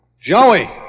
Joey